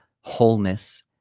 wholeness